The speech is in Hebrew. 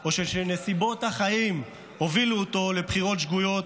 או שנסיבות החיים הובילו אותו לבחירות שגויות,